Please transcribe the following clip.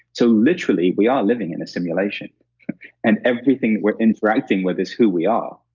so, literally, we are living in a simulation and everything that we're interacting with is who we are,